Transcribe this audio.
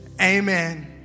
Amen